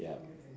ya